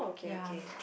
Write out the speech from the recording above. yea